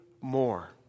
more